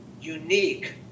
unique